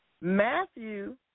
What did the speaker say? Matthew